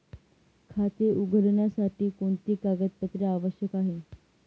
खाते उघडण्यासाठी कोणती कागदपत्रे आवश्यक आहे?